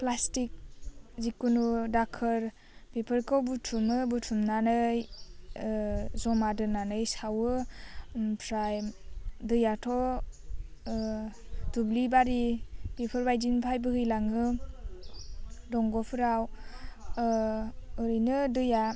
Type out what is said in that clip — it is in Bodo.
प्लास्टिक जेखुनु दाखोर बेफोरखौ बुथुमो बुथुमनानै जमा दोन्नानै सावो आमफ्राय दैआथ' दुब्लिबारि बेफोरबायदिनिफ्राय बोहैलाङो दंग'फ्राव ओरैनो दैआ